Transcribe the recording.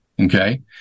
Okay